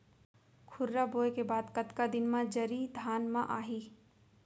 खुर्रा बोए के बाद कतका दिन म जरी धान म आही?